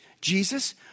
Jesus